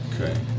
Okay